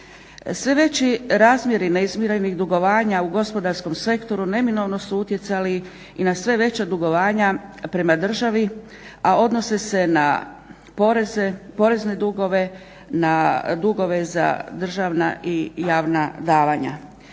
Sve veći razmjeri ne izmirenih dugovanja u gospodarskom sektoru neminovno su utjecali i na sve veća dugovanja prema državi, a odnose se na poreze, porezne dugove, na dugove za državna i javna davanja.